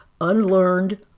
unlearned